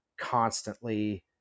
constantly